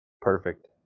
Perfect